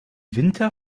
winter